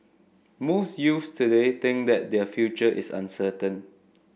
most youths today think that their future is uncertain